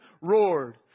roared